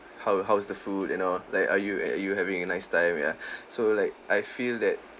how how's the food you know like are you are you having a nice time ya so like I feel that